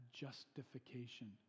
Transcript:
justification